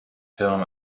film